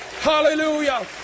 Hallelujah